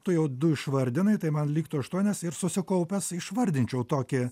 tu jau du išvardinai tai man liktų aštuonias ir susikaupęs išvardinčiau tokį